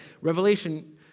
Revelation